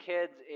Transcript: Kids